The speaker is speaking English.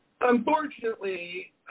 Unfortunately